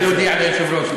היה צריך להודיע ליושב-ראש.